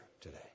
today